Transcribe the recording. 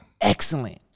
excellent